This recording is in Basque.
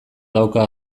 dauka